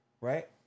right